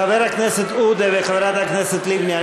חבר הכנסת עודה וחברת הכנסת לבני,